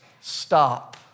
stop